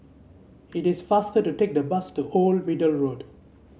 it is faster to take the bus to Old Middle Road